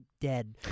dead